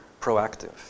proactive